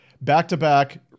back-to-back